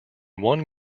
one